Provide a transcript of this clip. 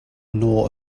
nor